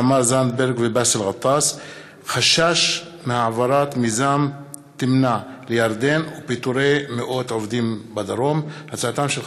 תמר זנדברג ובאסל גטאס בנושא: מפעל הפיס לא העביר את 230